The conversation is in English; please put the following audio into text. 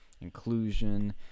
inclusion